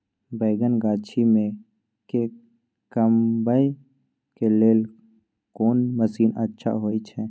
बैंगन गाछी में के कमबै के लेल कोन मसीन अच्छा होय छै?